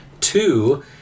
two